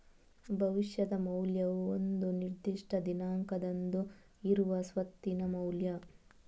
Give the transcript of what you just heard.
ಭವಿಷ್ಯದ ಮೌಲ್ಯವು ಒಂದು ನಿರ್ದಿಷ್ಟ ದಿನಾಂಕದಂದು ಇರುವ ಸ್ವತ್ತಿನ ಮೌಲ್ಯ